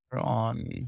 on